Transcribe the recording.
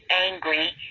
angry